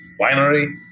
winery